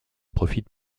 profite